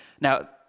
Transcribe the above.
Now